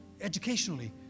educationally